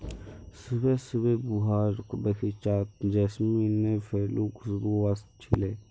सुबह सुबह बुआर बगीचात जैस्मीनेर फुलेर खुशबू व स छिले